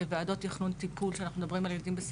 בוועדות תכנון טיפול שאנחנו מדברים על ילדים בסיכון,